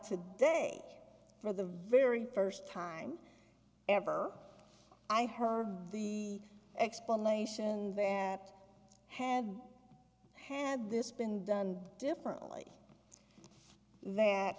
to day for the very first time ever i heard of the explanation that had had this been done differently